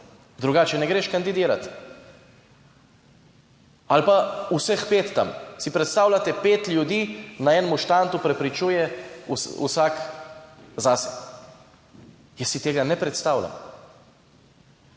drugače ne greš kandidirati ali pa vseh pet tam. Si predstavljate, pet ljudi, na enem štantu prepričuje vsak zase. Jaz si tega ne predstavljam.